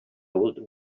old